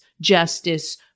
justice